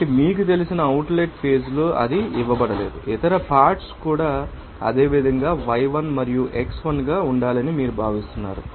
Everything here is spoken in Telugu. కాబట్టి మీకు తెలిసిన అవుట్లెట్ ఫేజ్ లో అది ఇవ్వబడలేదు ఇతర పార్ట్శ్ కు కూడా అదేవిధంగా y1 మరియు x1 గా ఉండాలని మీరు భావిస్తున్నారా